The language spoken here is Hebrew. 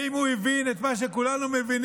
האם הוא הבין את מה שכולנו מבינים,